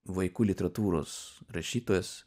vaikų literatūros rašytojas